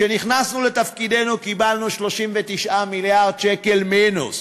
כשנכנסנו לתפקידנו, קיבלנו 39 מיליארד שקל מינוס.